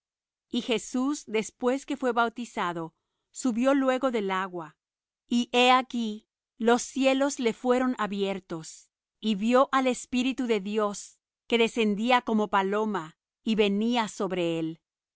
y jesús después que fué bautizado subió luego del agua y he aquí los cielos le fueron abiertos y vió al espíritu de dios que descendía como paloma y venía sobre él